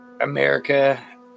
America